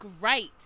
great